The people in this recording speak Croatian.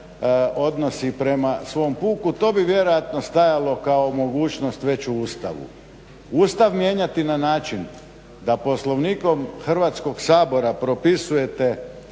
odnosi prema svom puku, to bi vjerojatno stalo kao mogućnost već u Ustavu. Ustav mijenjati na način da Poslovnikom Hrvatskog sabora propisujete